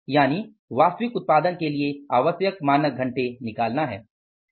यानि वास्तविक उत्पादन के लिए आवश्यक मानक घंटे निकालना है